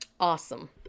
awesome